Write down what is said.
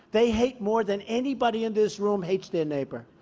they hate more than anybody in this room hates their neighbor.